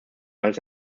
als